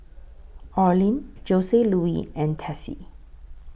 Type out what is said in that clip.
Orlin Joseluis and Tessie